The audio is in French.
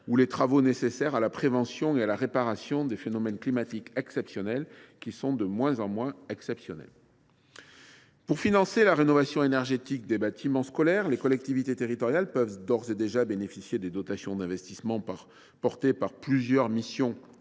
ou les travaux nécessaires à la prévention et à la réparation des phénomènes climatiques exceptionnels, qui sont de moins en moins exceptionnels. Pour financer la rénovation énergétique des bâtiments scolaires, les collectivités territoriales peuvent d’ores et déjà bénéficier de dotations d’investissement relevant de plusieurs missions du